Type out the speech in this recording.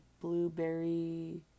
Blueberry